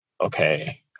okay